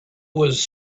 was